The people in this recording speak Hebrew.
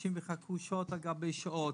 ואנשים יחכו שעות על גבי שעות,